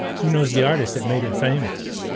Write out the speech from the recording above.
who knows the artist that made it famous?